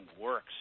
works